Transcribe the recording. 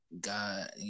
God